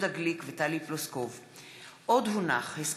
יהודה גליק וטלי פלוסקוב בנושא: העברת